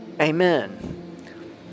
Amen